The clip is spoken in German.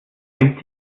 fängt